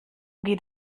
geht